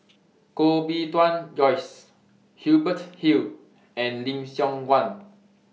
Koh Bee Tuan Joyce Hubert Hill and Lim Siong Guan